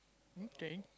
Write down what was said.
okay